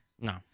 No